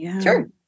Sure